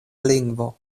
lingvo